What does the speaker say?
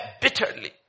bitterly